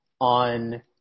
on